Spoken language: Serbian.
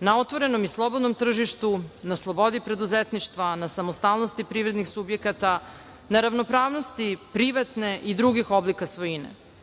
na otvorenom i slobodnom tržištu, na slobodi preduzetništva, na samostalnosti privrednih subjekata, na ravnopravnosti privatne i drugih oblika svojine. Zabrana